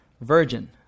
Virgin